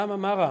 למה, מה רע